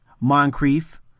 Moncrief